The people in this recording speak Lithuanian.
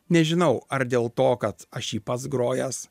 nežinau ar dėl to kad aš jį pats grojęs